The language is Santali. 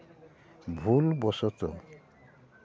ᱵᱷᱩᱞ ᱵᱚᱥᱚᱛᱚ